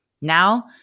Now